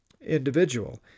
individual